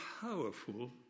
powerful